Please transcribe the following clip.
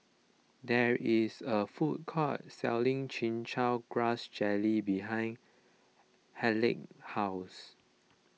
there is a food court selling Chin Chow Grass Jelly behind Haleigh's house